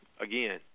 again